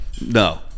No